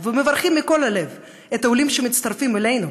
ומברכים מכל הלב את העולים שמצטרפים אלינו,